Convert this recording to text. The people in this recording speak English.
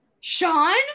Sean